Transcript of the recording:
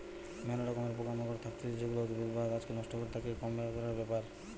ম্যালা রকমের পোকা মাকড় থাকতিছে যেগুলা উদ্ভিদ বা গাছকে নষ্ট করে, তাকে কম করার ব্যাপার